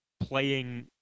playing